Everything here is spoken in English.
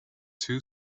two